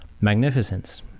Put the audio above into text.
magnificence